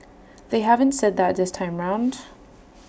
they haven't said that this time round